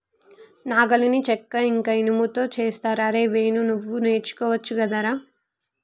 నాగలిని చెక్క ఇంక ఇనుముతో చేస్తరు అరేయ్ వేణు నువ్వు నేర్చుకోవచ్చు గదరా